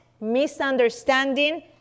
misunderstanding